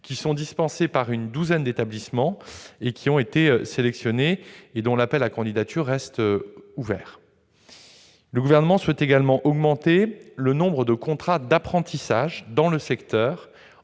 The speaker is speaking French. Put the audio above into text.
dispensées par une douzaine d'établissements, ont été sélectionnées et l'appel à candidatures reste ouvert. Le Gouvernement souhaite également augmenter le nombre de contrats d'apprentissage dans le secteur,